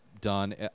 done